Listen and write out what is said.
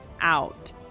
out